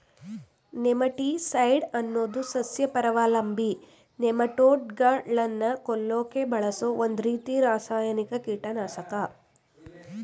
nematicide ಅನ್ನೋದು ಸಸ್ಯಪರಾವಲಂಬಿ ನೆಮಟೋಡ್ಗಳನ್ನ ಕೊಲ್ಲಕೆ ಬಳಸೋ ಒಂದ್ರೀತಿ ರಾಸಾಯನಿಕ ಕೀಟನಾಶಕ